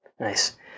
Nice